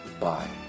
Bye